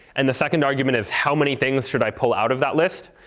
and the second argument is how many things should i pull out of that list.